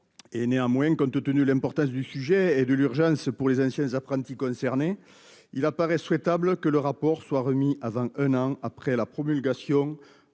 Néanmoins, compte tenu l'importance du sujet et de l'urgence pour les anciens apprentis concernés, il paraît souhaitable que le rapport soit remis dans les dix mois qui suivent la promulgation